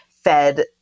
fed